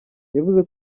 yavuze